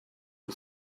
who